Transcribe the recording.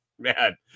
man